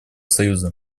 союза